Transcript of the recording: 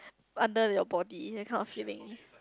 under your body that kind of feeling